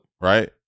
Right